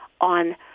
on